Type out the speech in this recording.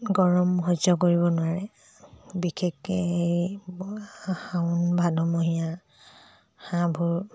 গৰম সহ্য কৰিব নোৱাৰে বিশেষকৈ এই শাওন ভাদমহীয়া হাঁহবোৰ